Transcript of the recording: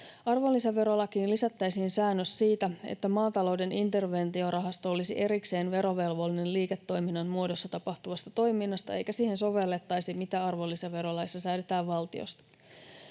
Arvonlisäverolakiin lisättäisiin säännös siitä, että maatalouden interventiorahasto olisi erikseen verovelvollinen liiketoiminnan muodossa tapahtuvasta toiminnasta, eikä siihen sovellettaisi, mitä arvonlisäverolaissa säädetään valtiosta.